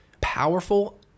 powerful